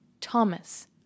Thomas